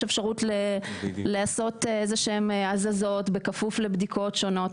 יש אפשרות לעשות איזשהן הזזות בכפוף לבדיקות שונות.